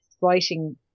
writing